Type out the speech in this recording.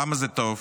למה זה טוב?